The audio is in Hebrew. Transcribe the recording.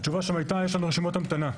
התשובה שלהם היתה: יש לנו רשימות המתנה.